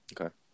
Okay